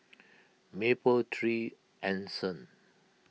Mapletree Anson